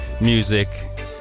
Music